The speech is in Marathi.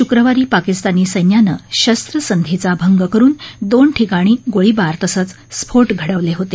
शुक्रवारी पाकिस्तानी सैन्यान शस्त्रसद्धीचा भाकरुन दोन ठिकाणी गोळीबार तसद्धस्फोट घडवले होते